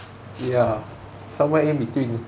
ya somewhere in between